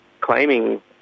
claiming